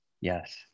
Yes